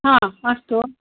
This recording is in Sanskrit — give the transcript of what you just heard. अस्तु